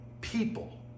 people